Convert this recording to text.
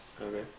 Okay